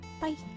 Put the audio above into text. Bye